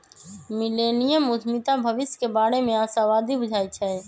millennium उद्यमीता भविष्य के बारे में आशावादी बुझाई छै